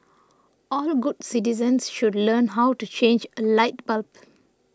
all good citizens should learn how to change a light bulb